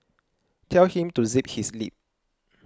tell him to zip his lip